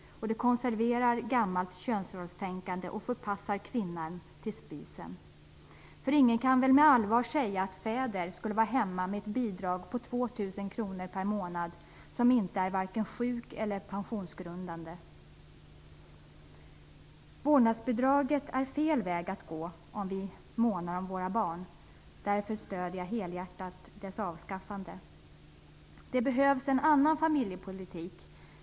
Det konserverar gammalt könsrollstänkande och förpassar kvinnan till spisen. Ingen kan väl på allvar säga att fäder skulle vara hemma med ett bidrag på 2 000 kr per månad - ett bidrag som varken är sjukpenning eller pensionsgrundande. Vårdnadsbidraget är fel väg att gå om man månar om barnen. Därför stöder jag helhjärtat dess avskaffande. Det behövs en annan familjepolitik.